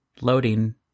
loading